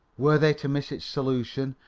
were they to miss its solution,